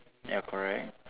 ya correct